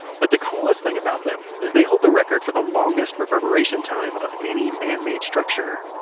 but the coolest thing about them is they hold the record for the longest reverberation time of any man-made structure